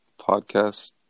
podcast